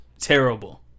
terrible